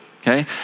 okay